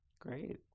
great